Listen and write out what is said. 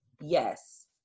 Yes